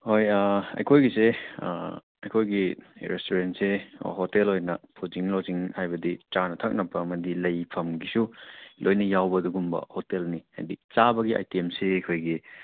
ꯍꯣꯏ ꯑꯩꯈꯣꯏꯒꯤꯁꯦ ꯑꯩꯈꯣꯏꯒꯤ ꯔꯦꯁꯇꯨꯔꯦꯟꯁꯦ ꯍꯣꯇꯦꯜ ꯑꯣꯏꯅ ꯐꯨꯖꯤꯡ ꯂꯣꯖꯤꯡ ꯍꯥꯏꯕꯗꯤ ꯆꯥꯅ ꯊꯛꯅꯕ ꯑꯃꯗꯤ ꯂꯩꯐꯝꯒꯤꯁꯨ ꯂꯣꯏꯅ ꯌꯥꯎꯕ ꯑꯗꯨꯒꯨꯝꯕ ꯍꯣꯇꯦꯜꯅꯤ ꯍꯥꯏꯗꯤ ꯆꯥꯕꯒꯤ ꯑꯥꯏꯇꯦꯝꯁꯤ ꯑꯩꯈꯣꯏꯒꯤ